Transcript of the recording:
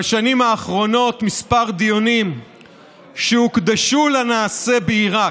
בשנים האחרונות כמה דיונים שהוקדשו לנעשה בעיראק,